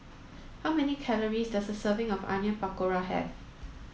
how many calories does a serving of Onion Pakora have